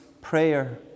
prayer